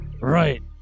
Right